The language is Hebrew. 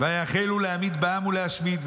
ויחלו להמית בעם ולהשמיד.